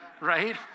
right